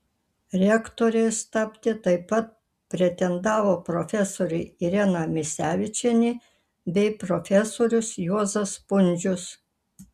rektoriais tapti taip pat pretendavo profesorė irena misevičienė bei profesorius juozas pundzius